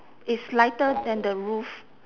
it's lighter than the roof